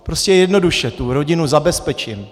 Prostě a jednoduše tu rodinu zabezpečím.